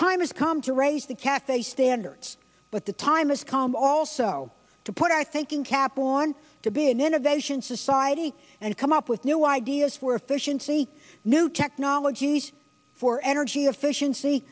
time has come to raise the cafe standards but the time has come also to put our thinking cap on to be an innovation society and come up with new ideas for efficiency new technologies for energy efficiency